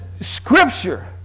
Scripture